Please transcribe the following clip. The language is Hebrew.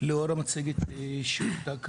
לאור המצגת שהוצגה כאן,